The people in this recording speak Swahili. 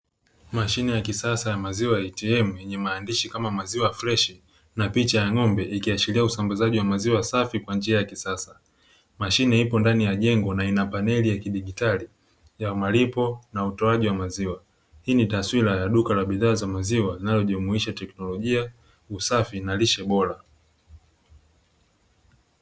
Mashine ya kisasa ya maziwa ya "ATM" yenye maandishi kama maziwa freshi na picha ya ng'ombe ikiashiria usambazaji wa maziwa safi kwa njia ya kisasa. Mashine ipo ndani ya jengo na ina paneli ya kidijitali ya malipo na utoaji wa maziwa. Hii ni taswira ya duka la bidhaa za maziwa linalojumuisha teknolojia, usafi na lishe bora.